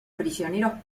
prisioneros